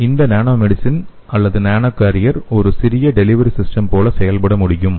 இந்த நானோமெடிசின் அல்லது nano carrier ஒரு சிறிய டெலிவரி சிஸ்டம் போல செயல்பட முடியும்